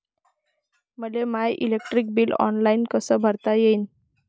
मले my electric bill online कस भरता येईन?